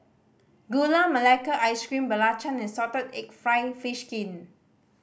Gula Melaka Ice Cream belacan and salted egg fried fish skin